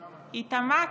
התאמצתי.